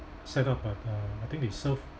setup but uh I think they serve